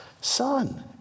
Son